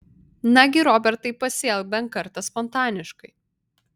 nagi robertai pasielk bent kartą spontaniškai